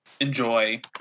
enjoy